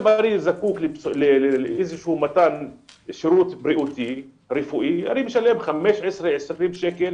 אם אני זקוק למתן שירות בריאותי אני משלם 20-15 שקל